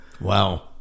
Wow